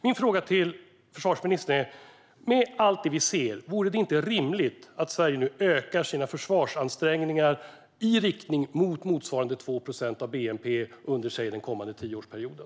Min fråga till försvarsministern är denna: Med allt det vi ser, vore det inte rimligt att Sverige nu ökar sina försvarsansträngningar i riktning mot motsvarande 2 procent av bnp under, säg, den kommande tioårsperioden?